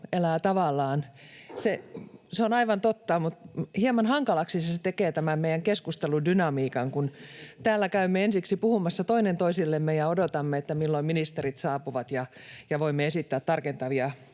Se on aivan totta, mutta hieman hankalaksi se tekee tämän meidän keskusteludynamiikan, kun täällä käymme ensiksi puhumassa toinen toisillemme ja odotamme, milloin ministerit saapuvat ja voimme esittää tarkentavia